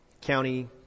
county